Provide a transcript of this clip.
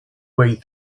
way